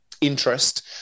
interest